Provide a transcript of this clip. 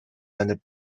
and